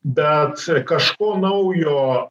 bet kažko naujo